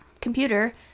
computer